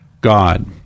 God